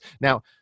Now